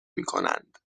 میکنند